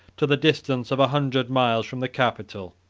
to the distance of a hundred miles from the capital.